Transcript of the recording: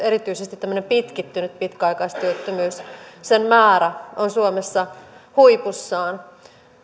erityisesti pitkittynyt pitkäaikaistyöttömyys on suomessa huipussaan